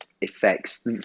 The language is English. effects